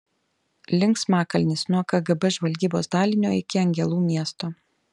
linksmakalnis nuo kgb žvalgybos dalinio iki angelų miesto